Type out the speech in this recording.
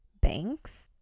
banks